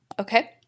okay